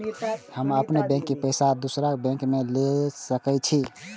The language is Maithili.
हम अपनों बैंक के पैसा दुसरा बैंक में ले सके छी?